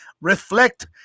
reflect